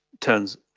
turns